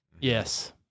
Yes